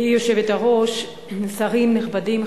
הבנייה החדשה במזרח-ירושלים והמחלוקת בין ישראל